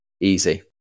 easy